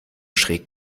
schräg